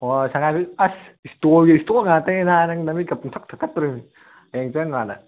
ꯑꯣ ꯁꯉꯥꯏ ꯑꯁ ꯏꯁꯇꯣꯜꯒꯤ ꯏꯁꯇꯣꯜ ꯉꯥꯛꯇꯅꯤ ꯅꯥꯕ ꯅꯪ ꯅꯃꯤꯠꯀ ꯄꯨꯡꯊꯛ ꯊꯛꯀꯠꯇꯧꯔꯤꯕꯅꯤ ꯍꯌꯦꯡ ꯆꯪꯀꯥꯟꯗ